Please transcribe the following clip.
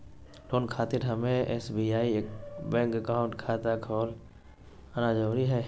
Loan खातिर हमें SBI bank account खाता खोल आना जरूरी है?